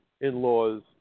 in-laws